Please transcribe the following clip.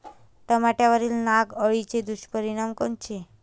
टमाट्यावरील नाग अळीचे दुष्परिणाम कोनचे?